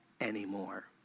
anymore